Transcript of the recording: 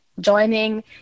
joining